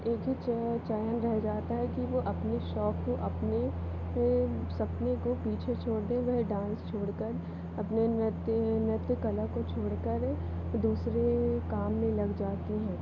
एक ही चयन रह जाता है कि वो अपने शौक अपने सपने को पीछे छोड़ते हुए डांस छोड़ कर अपने नृत्य नृत्यकला को छोड़ कर दूसरे काम में लग जाती हैं